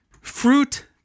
Fruit